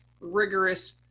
rigorous